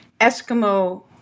Eskimo